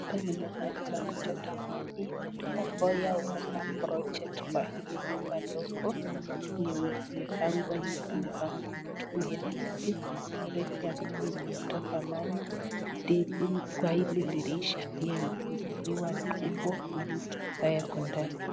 Hapa ni pahali pa kuchota maji, imeandikwa Boya Water Project kwa hili nyumba ndogo, yenye zimepangwa nje zimepangwa mitungi ya maji, mifereji ya maji yenye inatoka maji kwa hili dirisha, pia imefunguliwa kubwa, kuna mtu ambaye ako ndani.